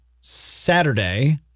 Saturday